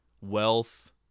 wealth